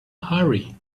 hurry